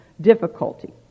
difficulty